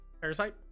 parasite